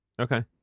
Okay